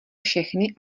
všechny